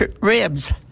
ribs